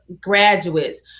graduates